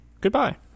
Goodbye